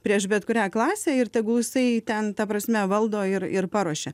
prieš bet kurią klasę ir tegul jisai ten ta prasme valdo ir ir paruošia